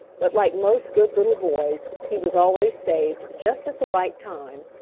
but like most good little boys he was always saved just at the right time,